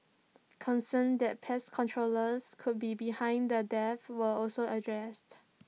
concerns that pest controllers could be behind the deaths were also addressed